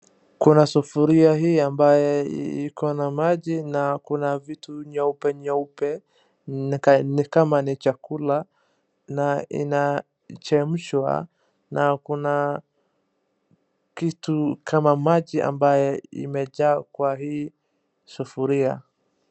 Kuna sufuria hii ambayo ikona maji na kuna vitu nyeuupe nyeupe nikama ni chakula na inachemshwa na kuna kitu kama maji ambaye imejaa kwa hii sufuria .